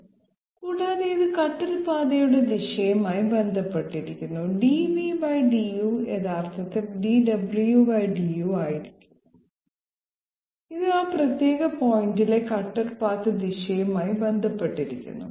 കൂടാതെ ഇത് കട്ടർ പാതയുടെ ദിശയുമായി ബന്ധപ്പെട്ടിരിക്കുന്നു dv du യഥാർത്ഥത്തിൽ dwdu ആയിരിക്കണം ഇത് ആ പ്രത്യേക പോയിന്റിലെ കട്ടർ പാത്ത് ദിശയുമായി ബന്ധപ്പെട്ടിരിക്കുന്നു